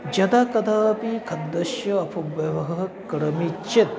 यदा कदापि खाद्यस्य अपव्ययः करोमि चेत्